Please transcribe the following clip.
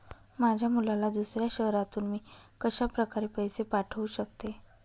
माझ्या मुलाला दुसऱ्या शहरातून मी कशाप्रकारे पैसे पाठवू शकते?